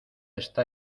está